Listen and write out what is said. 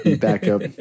backup